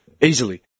Easily